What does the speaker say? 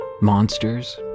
Monsters